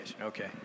okay